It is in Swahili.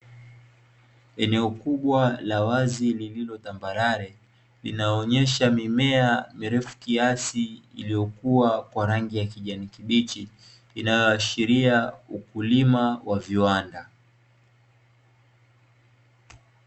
Eneo kubwa la wazi lililo tambarare, linaonyesha mimea mirefu kiasi, iliyokuwa kwa rangi ya kijani kibichi, inayoashiria ukulima wa viwanda.